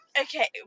Okay